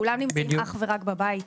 כולם נמצאים אך ורק בבית.